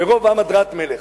ברוב עם הדרת מלך.